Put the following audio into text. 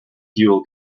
fuel